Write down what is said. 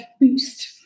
boost